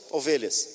ovelhas